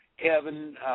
Kevin